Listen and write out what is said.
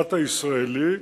למשפט הישראלי,